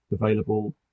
available